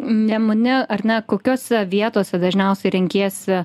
nemune ar ne kokiose vietose dažniausiai renkiesi